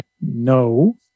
no